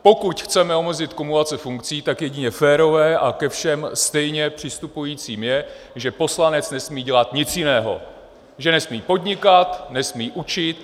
Pokud chceme omezit kumulace funkcí, tak jedině férové a ke všem stejně přistupující je, že poslanec nesmí dělat nic jiného, že nesmí podnikat, nesmí učit.